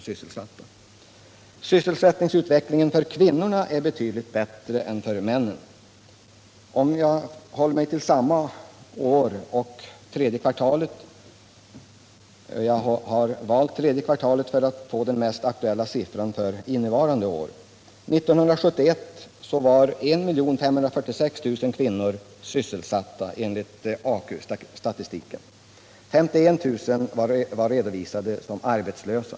Sysselsättningsutvecklingen för kvinnorna är betydligt bättre än för männen. Jag håller mig till samma år som förut och även nu till tredje kvartalet — jag har valt tredje kvartalet för att få den mest aktuella siffran för innevarande år. 1971 var 1 546 000 kvinnor sysselsatta enligt AKU statistiken, medan 51000 var redovisade som arbetslösa.